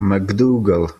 macdougall